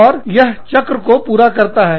और यह चक्र को पूरा करता है